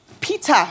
Peter